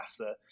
NASA